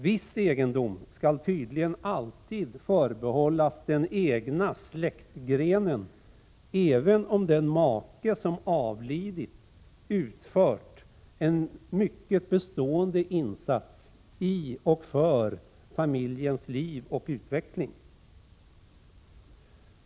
Viss egendom skall tydligen alltid förbehållas den egna släktgrenen även om den make som avlidit utfört en mycket bestående insats i och för familjens liv och utveckling.